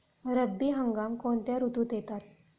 रब्बी हंगाम कोणत्या ऋतूत येतात?